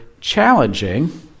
challenging